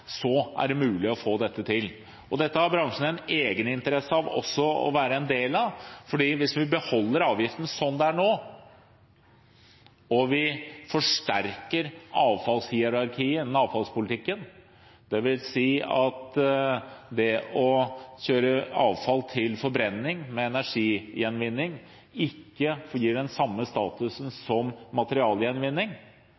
er det mulig å få dette til. Dette har bransjen en egeninteresse av også å være en del av, for hvis vi beholder avgiften sånn den er nå, og vi forsterker avfallshierarkiet innen avfallspolitikken, dvs. at det å kjøre avfall til forbrenning med energigjenvinning ikke gir den samme statusen